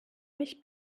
mich